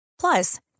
Plus